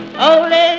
holy